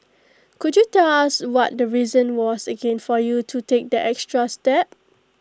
could you tell us what the reason was again for you to take that extra step